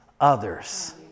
others